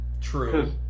True